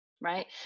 right